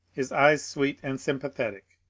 his eyes sweet and sympathetic.